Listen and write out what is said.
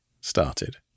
started